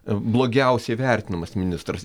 blogiausiai vertinamas ministras